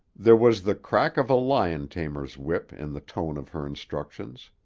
there was the crack of a lion-tamer's whip in the tone of her instructions.